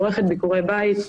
עורכת ביקורי בית,